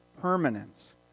permanence